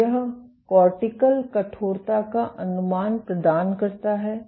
तो यह कॉर्टिकल कठोरता का अनुमान प्रदान करता है